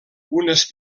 unes